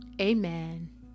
Amen